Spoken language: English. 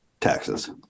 taxes